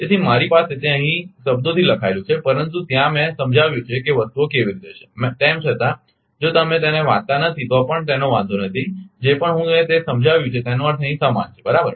તેથી મારી પાસે તે અહીં શબ્દોથી લખાયેલું છે પરંતુ ત્યાં મેં સમજાવ્યું છે કે વસ્તુઓ કેવી રીતે છે તેમ છતાં જો તમે તેને વાંચતા નથી તો પણ તેનો વાંધો નથી જે પણ હું એ તે સમજાવ્યું છે તેનો અર્થ અહીં સમાન છે બરાબર